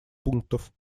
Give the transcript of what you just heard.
пунктов